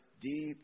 deep